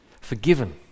forgiven